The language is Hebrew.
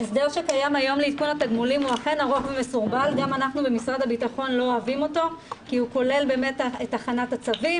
באישור התקנות וקוראים למערכת הביטחון להביא את התקנות החדשות,